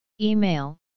Email